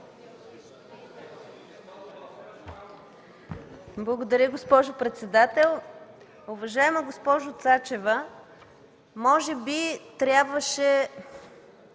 Благодаря Ви, госпожо председател. Уважаема госпожо Цачева, може би трябваше